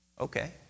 Okay